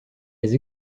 les